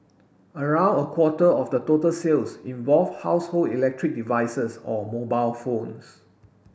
around a quarter of the total sales involve household electric devices or mobile phones